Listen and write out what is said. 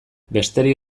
besterik